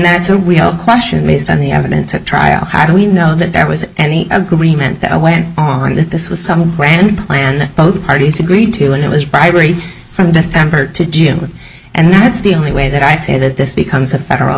that's a question raised on the evidence at trial how do we know that there was any agreement that i went on that this was some grand plan both parties agreed to and it was bribery from december to do and that's the only way that i say that this becomes a federal